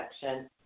section